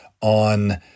on